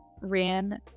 ran